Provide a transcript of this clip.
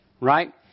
right